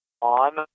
on